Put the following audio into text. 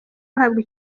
bahabwa